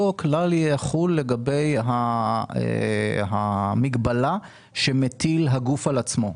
אותו כלל יחול לגבי המגבלה שמטיל הגוף על עצמו.